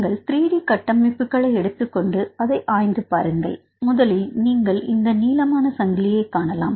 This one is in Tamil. நீங்கள் 3 டி கட்டமைப்புகளை எடுத்துக்கொண்டு அதை ஆய்ந்து பாருங்கள்முதலில் நீங்கள் இந்த நீளமான சங்கிலியைக் காணலாம்